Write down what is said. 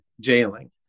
jailing